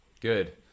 Good